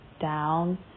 down